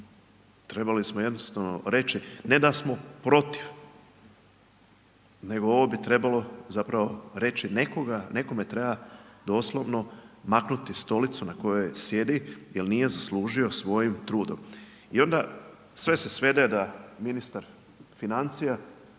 Trebali smo jednostavno reći, ne da smo protiv nego ovo bi trebalo zapravo reći, nekome treba doslovno maknuti stolicu na kojoj sjedi jer nije zaslužio svojim trudom i onda sve se svede da ministar financija